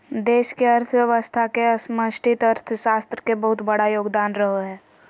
देश के अर्थव्यवस्था मे समष्टि अर्थशास्त्र के बहुत बड़ा योगदान रहो हय